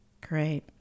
Great